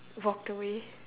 walked away